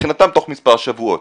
מבחינתם תוך מספר שבועות.